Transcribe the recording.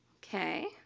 Okay